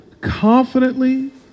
confidently